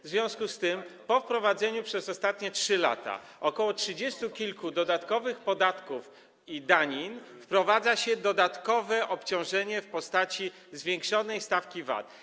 W związku z tym po wprowadzeniu przez ostatnie 3 lata trzydziestu kilku dodatkowych podatków i danin wprowadza się dodatkowe obciążenie w postaci zwiększonej stawki VAT.